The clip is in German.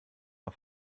auf